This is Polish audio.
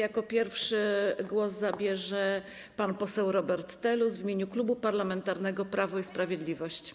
Jako pierwszy głos zabierze pan poseł Robert Telus w imieniu Klubu Parlamentarnego Prawo i Sprawiedliwość.